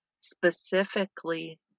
specifically